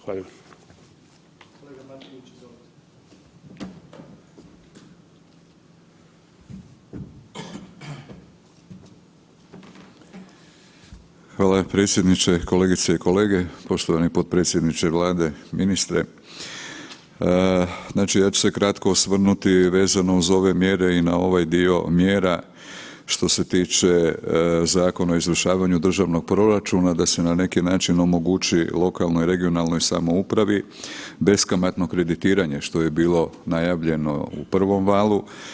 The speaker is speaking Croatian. Hvala predsjedniče, kolegice i kolege, poštovani potpredsjedniče Vlade, ministre, znači ja ću se kratko osvrnuti vezano uz ove mjere i na ovaj dio mjera što se tiče Zakona o izvršavanju državnog proračuna, da se na neki način omogući lokalnoj i regionalnoj samoupravi beskamatno kreditiranje što je bilo najavljeno u prvom valu.